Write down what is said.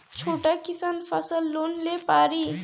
छोटा किसान फसल लोन ले पारी?